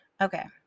Okay